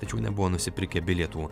tačiau nebuvo nusipirkę bilietų